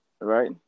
right